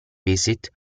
visit